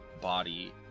body